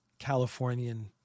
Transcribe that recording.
Californian